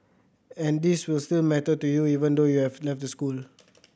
and these will still matter to you even though you have left the school